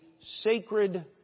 sacred